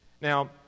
Now